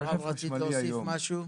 מרב, רצית להוסיף משהו?